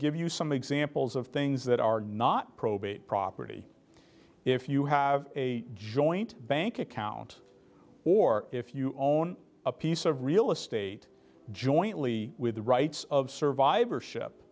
give you some examples of things that are not probate property if you have a joint bank account or if you own a piece of real estate jointly with the rights of survivorship